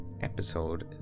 episode